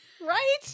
Right